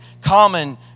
common